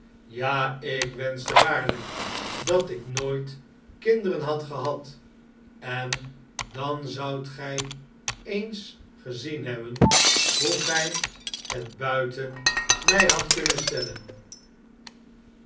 ja ik wenschte waarlijk dat ik nooit kinderen had gehad en dan zoudt gij eens gezien hebben hoe gij het buiten mij hadt kunnen stellen